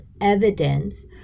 evidence